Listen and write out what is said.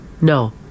No